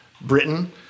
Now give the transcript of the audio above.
Britain